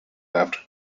left